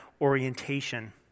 orientation